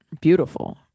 beautiful